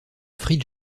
free